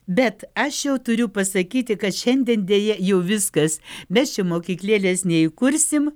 bet aš jau turiu pasakyti kad šiandien deja jau viskas mes čia mokyklėlės neįkursim